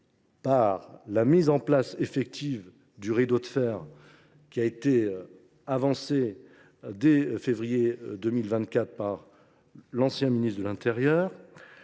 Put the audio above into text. par la mise en place effective du « rideau de fer » imaginé dès février 2024 par l’ancien ministre de l’intérieur